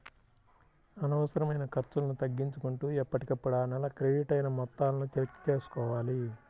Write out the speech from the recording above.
అనవసరమైన ఖర్చులను తగ్గించుకుంటూ ఎప్పటికప్పుడు ఆ నెల క్రెడిట్ అయిన మొత్తాలను చెక్ చేసుకోవాలి